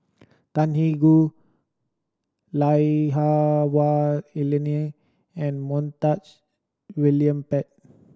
Tan Eng Hah Wah Elena and Montague William Pett